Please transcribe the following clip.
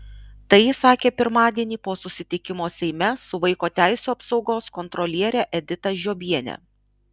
tai jis sakė pirmadienį po susitikimo seime su vaiko teisių apsaugos kontroliere edita žiobiene